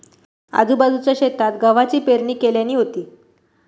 आजूबाजूच्या शेतात गव्हाची पेरणी केल्यानी होती